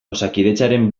osakidetzaren